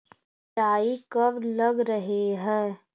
राई कब लग रहे है?